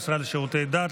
המשרד לשירותי דת,